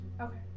Okay